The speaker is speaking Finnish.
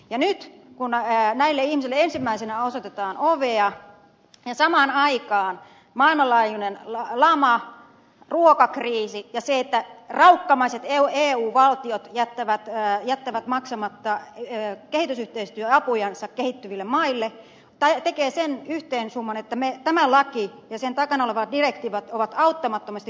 nyt kun näille ihmisille ensimmäisenä osoitetaan ovea samaan aikaan maailmanlaajuinen lama ruokakriisi ja se että raukkamaiset eu valtiot jättävät maksamatta kehitysyhteistyöapujansa kehittyville maille tekevät sen yhteissumman että tämä laki ja sen takana oleva direktiivi ovat auttamattomasti vanhentuneita